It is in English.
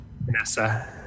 Vanessa